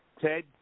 Ted